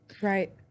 right